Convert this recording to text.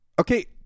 Okay